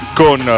con